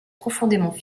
profondément